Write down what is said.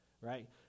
right